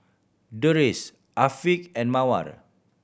Deris Afiq and Mawar